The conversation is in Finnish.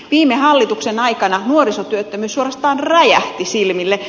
viime hallituksen aikana nuorisotyöttömyys suorastaan rajähti silmille